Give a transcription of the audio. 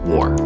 War